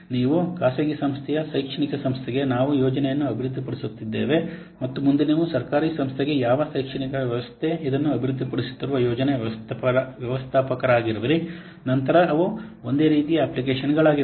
ಆದ್ದರಿಂದ ನೀವು ಖಾಸಗಿ ಸಂಸ್ಥೆಯ ಶೈಕ್ಷಣಿಕ ಸಂಸ್ಥೆಗೆ ನಾವು ಯೋಜನೆಯನ್ನು ಅಭಿವೃದ್ಧಿಪಡಿಸಿದ್ದೇವೆ ಮತ್ತು ಮುಂದೆ ನೀವು ಸರ್ಕಾರಿ ಸಂಸ್ಥೆಯ ಯಾವ ಶೈಕ್ಷಣಿಕ ವ್ಯವಸ್ಥೆ ಇದನ್ನು ಅಭಿವೃದ್ಧಿಪಡಿಸುತ್ತಿರುವ ಯೋಜನಾ ವ್ಯವಸ್ಥಾಪಕರಾಗಿರುವಿರಿ ನಂತರ ಅವು ಒಂದೇ ರೀತಿಯ ಅಪ್ಲಿಕೇಶನ್ಗಳಾಗಿವೆ